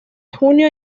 junio